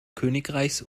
königreichs